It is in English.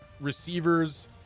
receivers